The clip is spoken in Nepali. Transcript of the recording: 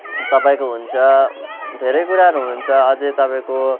तपाईँको हुन्छ धेरै कुराहरू हुन्छ अझै तपाईँको